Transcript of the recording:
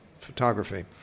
photography